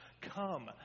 Come